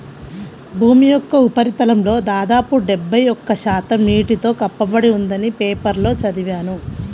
భూమి యొక్క ఉపరితలంలో దాదాపు డెబ్బై ఒక్క శాతం నీటితో కప్పబడి ఉందని పేపర్లో చదివాను